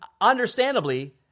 understandably